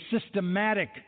systematic